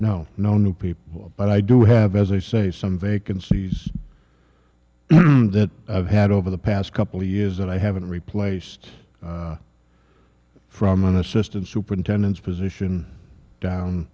know no new people but i do have as i say some vacancies that i've had over the past couple of years and i haven't replaced from an assistant superintendents position down